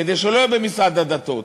כדי שלא יהיה במשרד הדתות,